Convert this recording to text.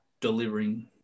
delivering